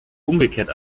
umgekehrt